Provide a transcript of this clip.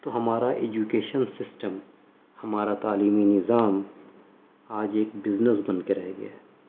تو ہمارا education system ہمارا تعلیمی نظام آج ایک بزنس بن کے رہ گیا ہے